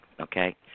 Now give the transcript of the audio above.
okay